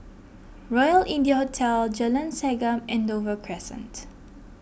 Royal India Hotel Jalan Segam and Dover Crescent